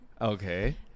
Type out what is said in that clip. Okay